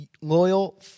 loyal